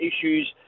issues